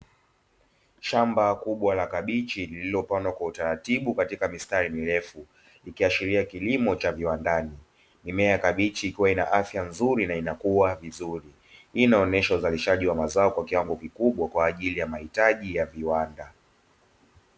Shamba kubwa la kabichi lililo pandwa kwa utaratibu katika mistari mirefu ikiashiria kilimo cha viwandani, mimea ya kabichi ikiwa ina afya nzuri na inakuwa vizuri hii inaonyesha uzalishaji wa mazao kwa kiwango kikubwa kwaajili ya mahitaji ya viwanda.